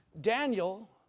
Daniel